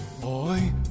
Boy